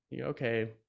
Okay